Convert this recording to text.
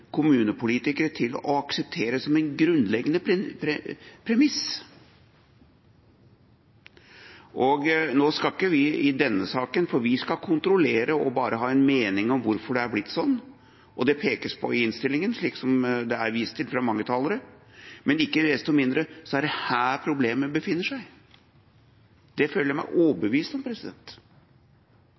kommunepolitikere til å akseptere som en grunnleggende premiss. Vi skal ikke gjøre annet i denne saken enn å kontrollere og bare ha en mening om hvorfor det er blitt sånn. Det pekes på i innstillingen, slik som det er vist til fra mange talere, men ikke desto mindre er det her problemet befinner seg. Det føler jeg meg overbevist om.